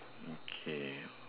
mm okay